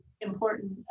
important